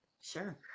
sure